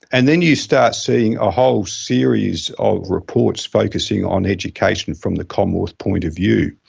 and then you start seeing a whole series of reports focusing on education from the commonwealth point of view.